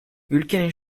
ülkenin